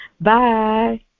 Bye